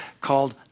called